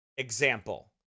example